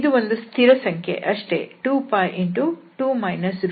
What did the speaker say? ಇದು ಒಂದು ಸ್ಥಿರಸಂಖ್ಯೆ ಅಷ್ಟೇ